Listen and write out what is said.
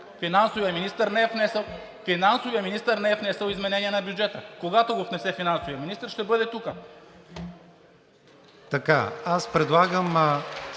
Финансовият министър не е внесъл изменение на бюджета, когато го внесе финансовият министър – ще бъде тук.